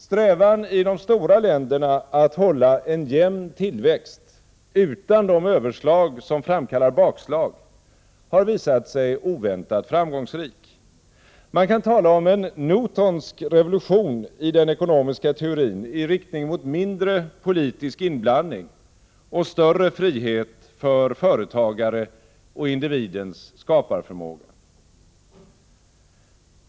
Strävan i de stora länderna att hålla en jämn tillväxt utan de överslag som framkallar bakslag har visat sig oväntat framgångsrik. Man kan tala om en ”newtonsk” revolution i den ekonomiska teorin i riktning mot mindre politisk inblandning och större frihet för företagare och individens skaparförmåga.